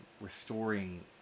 restoring